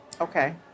Okay